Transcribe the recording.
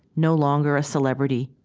no longer a celebrity,